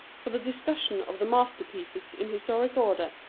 for the discussion of the masterpieces in historic order,